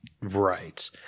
right